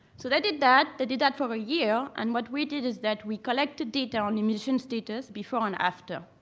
so they did that. they did that for a year. and what we did is that we collected data on immunization status before and after.